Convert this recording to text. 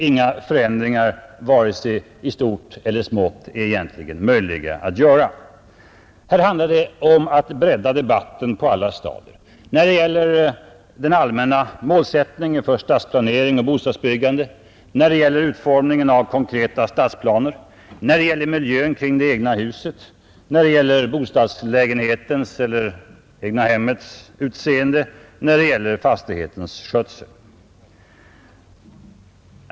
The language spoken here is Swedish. Inga förändringar vare sig i stort eller smått kan egentligen göras. Här handlar det om att bredda debatten på alla stadier: när det gäller de allmänna målsättningarna för stadsplanering och bostadsbyggande, när det gäller utformningen av konkreta stadsplaner, när det gäller miljön kring det egna huset, när det gäller bostadslägenhetens eller egnahemmets utseende och fastighetens skötsel.